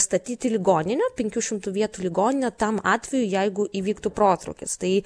statyti ligoninę penkių šimtų vietų ligoninę tam atvejui jeigu įvyktų protrūkis tai